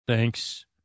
Thanks